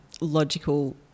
logical